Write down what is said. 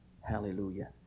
Hallelujah